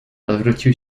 odwrócił